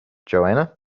joanna